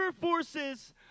forces